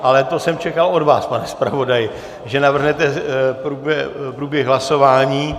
Ale to jsem čekal od vás, pane zpravodaji, že navrhnete průběh hlasování.